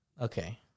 Okay